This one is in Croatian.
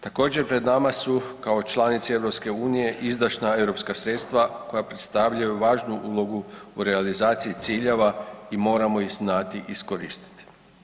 Također pred nama su kao članici EU izdašna europska sredstva koja predstavljaju važnu ulogu u realizaciji ciljeva i moramo ih znati iskoristiti.